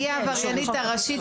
היא העבריינית הראשית,